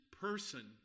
person